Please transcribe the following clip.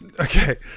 Okay